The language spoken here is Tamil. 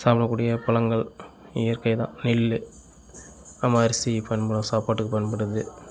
சாப்பிடக்கூடிய பழங்கள் இயற்கை தான் நெல் ஆமாம் அரிசி பயன்படும் சாப்பாட்டுக்கு பயன்படுது